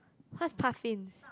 what is puffins